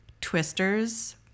Twisters